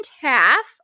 half